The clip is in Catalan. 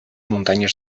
muntanyes